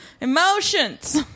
emotions